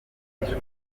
bishwe